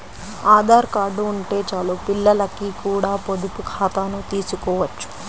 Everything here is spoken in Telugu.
ఆధార్ కార్డు ఉంటే చాలు పిల్లలకి కూడా పొదుపు ఖాతాను తీసుకోవచ్చు